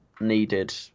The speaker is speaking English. needed